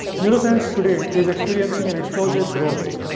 neuroscience today is experiencing an explosive growth,